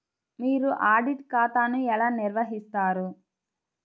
మీరు ఆడిట్ ఖాతాను ఎలా నిర్వహిస్తారు?